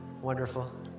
Wonderful